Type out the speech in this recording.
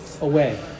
away